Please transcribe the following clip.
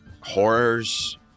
horrors